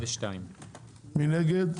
מי נגד?